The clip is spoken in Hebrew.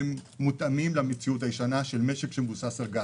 מותאמים למציאות הישנה של משק שמבוסס על גז.